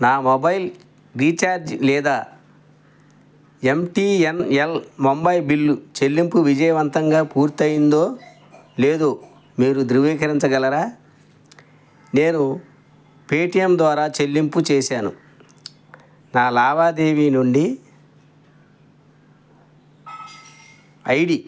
నా mobile recharge లేదా M T N L Mumbai bill చెల్లింపు విజయవంతంగా పూర్తయ్యిందో లేదో మీరు ధృవీకరించగలరా నేను పేటీఎం ద్వారా చెల్లింపు చేసాను నా లావాదేవీ నుండి ఐ డి